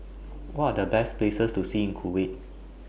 What Are The Best Places to See in Kuwait